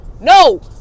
No